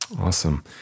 Awesome